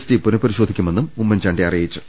T പുനപ രിശോധിക്കുമെന്നും Oommen Chandy അറിയിച്ചു